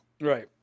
Right